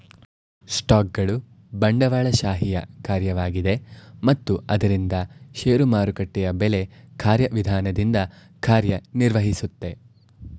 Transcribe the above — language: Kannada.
ಸ್ಟಾಕ್ಗಳು ಬಂಡವಾಳಶಾಹಿಯ ಕಾರ್ಯವಾಗಿದೆ ಮತ್ತು ಆದ್ದರಿಂದ ಷೇರು ಮಾರುಕಟ್ಟೆಯು ಬೆಲೆ ಕಾರ್ಯವಿಧಾನದಿಂದ ಕಾರ್ಯನಿರ್ವಹಿಸುತ್ತೆ